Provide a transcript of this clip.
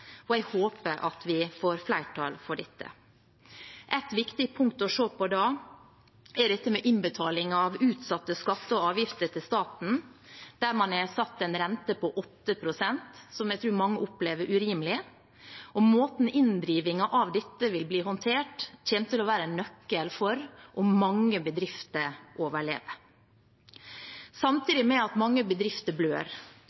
og jeg håper at vi får flertall for dette. Ett viktig punkt å se på da er innbetaling av utsatte skatter og avgifter til staten, der man har satt en rente på 8 pst., som jeg tror mange opplever urimelig. Måten inndrivingen av dette vil bli håndtert på, kommer til å være en nøkkel til om mange bedrifter